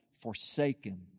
forsaken